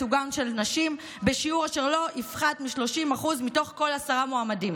לייצוגן של נשים בשיעור אשר לא יפחת מ-30% מתוך כל עשרה מועמדים".